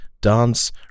dance